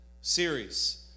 series